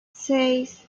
seis